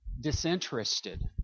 disinterested